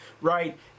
right